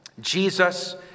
Jesus